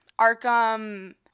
Arkham